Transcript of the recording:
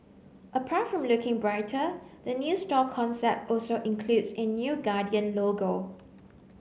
apart from looking brighter the new store concept also includes a new Guardian logo